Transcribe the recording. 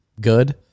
good